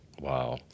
Wow